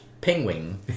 penguin